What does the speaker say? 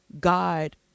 God